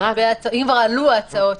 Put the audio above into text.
אם כבר עלו הצעות,